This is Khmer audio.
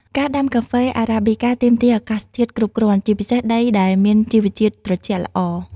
ការដាំកាហ្វេ Arabica ទាមទារអាកាសធាតុគ្រប់គ្រាន់ ជាពិសេសដីដែលមានជីវជាតិត្រជាក់ល្អ។